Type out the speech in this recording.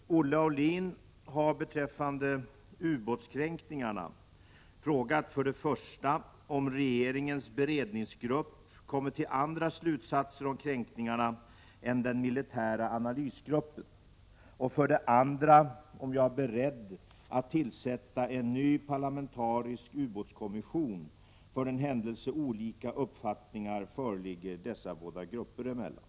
Herr talman! Olle Aulin har beträffande ubåtskränkningarna frågat för det första om regeringens beredningsgrupp kommit till andra slutsatser om kränkningarna än den militära analysgruppen, och för det andra om jag är beredd att tillsätta en ny parlamentarisk ubåtskommission för den händelse — Prot. 1987/88:62 olika uppfattningar föreligger dessa både grupper emellan.